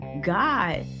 god